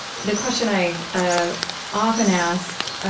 the question i ah often ask,